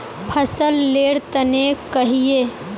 फसल लेर तने कहिए?